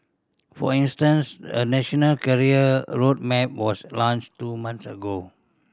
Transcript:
for instance a national career road map was launched two months ago